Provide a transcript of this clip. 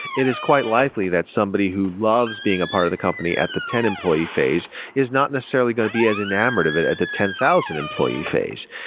it is quite likely that somebody who loves being a part of the company at the ten employee phase is not necessarily going to be as enamored of it at the ten thousand employee phase.